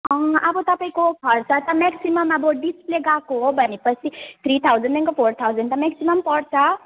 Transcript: अब तपाईँको खर्च त म्याक्सिमम् अब डिस्प्ले गएको हो भने पछि थ्री थाउजन्डदेखि फोर थाउजन्ड त म्याक्सिमम् पर्छ